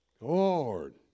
Lord